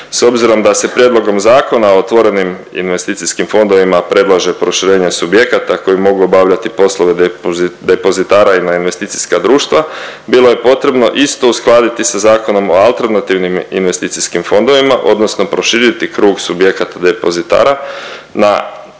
S obzirom da se prijedlogom Zakona o otvorenim investicijskim fondovima predlaže proširenje subjekata koji mogu obavljati poslove depozitara i na investicijska društva bilo je potrebno isto uskladiti sa Zakonom o alternativnim investicijskim fondovima odnosno proširiti krug subjekata depozitara na AIF-ove